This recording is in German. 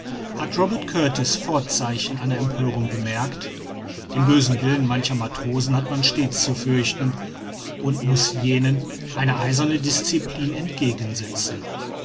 hat robert kurtis vorzeichen einer empörung bemerkt den bösen willen mancher matrosen hat man stets zu fürchten und muß jenen eine eiserne disciplin